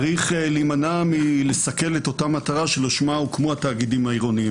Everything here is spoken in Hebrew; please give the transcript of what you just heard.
צריך להימנע מלסכל את אותה מטרה שלשמה הוקמו התאגידים העירוניים.